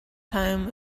time